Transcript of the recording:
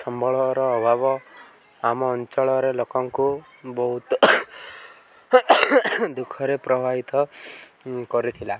ସମ୍ବଳର ଅଭାବ ଆମ ଅଞ୍ଚଳରେ ଲୋକଙ୍କୁ ବହୁତ ଦୁଃଖରେ ପ୍ରଭାବିତ କରିଥିଲା